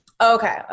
Okay